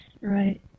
Right